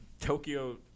Tokyo